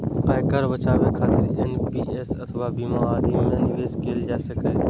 आयकर बचाबै खातिर एन.पी.एस अथवा बीमा आदि मे निवेश कैल जा सकैए